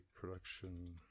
production